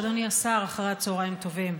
אדוני השר, אחר צוהריים טובים.